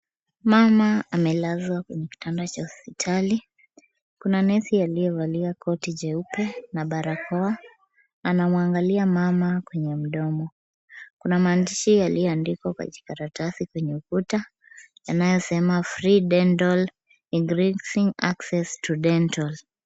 Mama amelazwa kwenye kitanda cha hosipitali, kuna nesi aliyevalia koti jeupe na barakoa, anamwangalia mama kwenye mdomo. Kuna maandishi yaliyoandikwa kwa kijikaratasi kwenye ukuta yanayosema free dental increase access to dental.